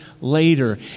later